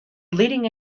leading